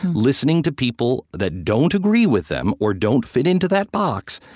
listening to people that don't agree with them or don't fit into that box,